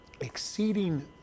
exceeding